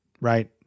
Right